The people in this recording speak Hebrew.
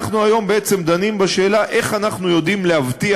אנחנו היום בעצם דנים בשאלה איך אנחנו יודעים להבטיח,